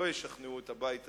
לא ישכנעו את הבית הזה,